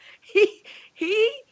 He—he